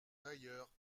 d’ailleurs